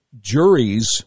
juries